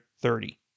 thirty